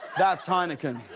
that's heineken.